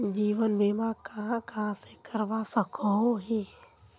जीवन बीमा कहाँ कहाँ से करवा सकोहो ही?